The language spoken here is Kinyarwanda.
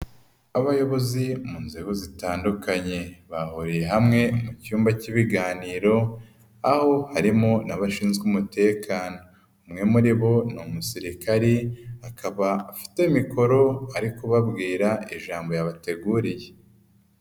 Abayobozi mu nzego zitandukanye, bahuriye hamwe mu cyumba k'ibiganiro, aho harimo n'abashinzwe umutekano. Umwe muri bo ni umusirikari, akaba afite mikoro ari kubabwira ijambo yabateguriye.